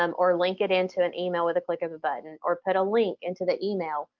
um or link it into an email with a click of a button, or put a link into the email,